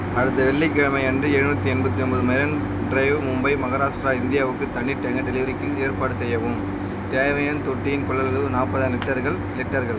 அடுத்த வெள்ளிக்கிழமை அன்று எழுநூற்றி எண்பத்தி ஒம்பது மரைன் ட்ரைவ் மும்பை மஹாராஷ்டிரா இந்தியாவுக்கு தண்ணீர் டேங்கர் டெலிவரிக்கு ஏற்பாடு செய்யவும் தேவையான தொட்டியின் கொள்ளளவு நாற்பதாயிரம் லிட்டர்கள் லிட்டர்கள்